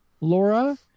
Laura